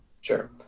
sure